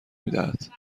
میدهد